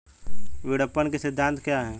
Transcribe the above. विपणन के सिद्धांत क्या हैं?